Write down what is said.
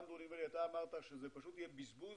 אמר יוג'ין שזה פשוט יהיה בזבוז,